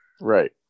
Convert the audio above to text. Right